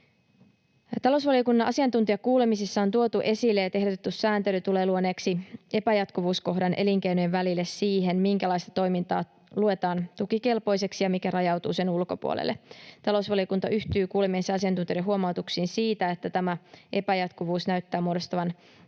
Talousvaliokunnan asiantuntijakuulemisissa on tuotu esille, että ehdotettu sääntely tulee luoneeksi epäjatkuvuuskohdan elinkeinojen välille siihen, minkälaista toimintaa luetaan tukikelpoiseksi ja mikä rajautuu sen ulkopuolelle. Talousvaliokunta yhtyy kuulemiensa asiantuntijoiden huomautuksiin siitä, että tämä epäjatkuvuus näyttää muodostavan